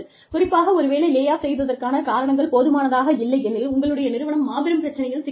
குறிப்பாக ஒருவேளை lay off செய்ததற்கான காரணங்கள் போதுமானதாக இல்லை எனில் உங்களுடைய நிறுவனம் மாபெரும் பிரச்சனையில் சிக்கி விடும்